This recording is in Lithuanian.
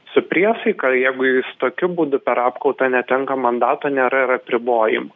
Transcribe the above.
su priesaika jeigu jis tokiu būdu per apkaltą netenka mandato nėra ir apribojimų